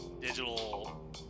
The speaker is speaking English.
digital